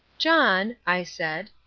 john, i said,